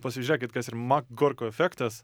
pasižiūrėkit kas ir mak gorko efektas